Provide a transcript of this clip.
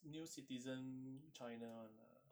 new citizen china [one] lah